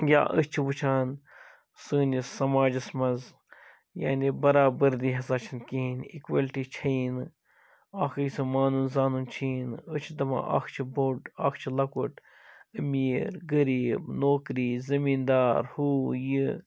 یا أسۍ چھِ وُچھان سٲنِس سماجَس مَنٛز یعنی برابری ہَسا چھِ نہٕ کِہیٖنٛۍ اِکوَلٹی چھیی نہٕ اکھ أکۍ سُنٛد مانُن زانُن چھُیی نہٕ أسۍ چھِ دَپان اکھ چھُ بوٚڈ اکھ چھُ لۅکُٹ أمیٖر غریٖب نوکری زمیٖنٛدار ہوٗ یہِ